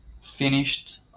finished